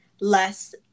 less